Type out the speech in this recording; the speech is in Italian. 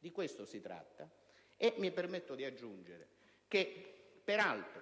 Mi permetto inoltre di aggiungere che anche